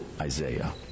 Isaiah